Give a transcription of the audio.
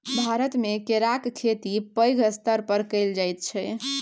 भारतमे केराक खेती पैघ स्तर पर कएल जाइत छै